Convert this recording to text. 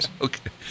Okay